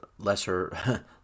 lesser